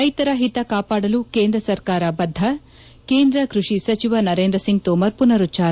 ರೈತರ ಹಿತ ಕಾಪಾಡಲು ಕೇಂದ್ರ ಸರ್ಕಾರ ಬದ್ದ ಕೇಂದ್ರ ಕ್ಬಡಿ ಸಚಿವ ನರೇಂದ್ರ ಸಿಂಗ್ ತೋಮರ್ ಪುನರುಚ್ಲಾರ